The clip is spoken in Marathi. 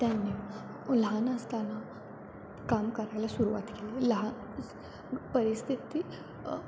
त्यांनी लहान असताना काम करायला सुरूवात केली लहान परिस्थिती